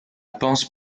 panse